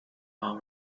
are